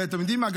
ואתם יודעים מה?